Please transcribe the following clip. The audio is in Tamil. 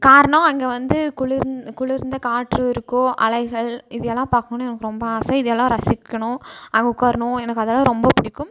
காரணம் அங்கே வந்து குளிர் குளிர்ந்த காற்று இருக்கும் அலைகள் இதெல்லாம் பார்க்கணுன்னு எனக்கு ரொம்ப ஆசை இதையெல்லாம் ரசிக்கணும் அங்கே உக்காரணும் அதெல்லாம் எனக்கு ரொம்ப பிடிக்கும்